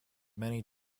many